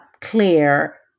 clear